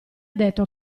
detto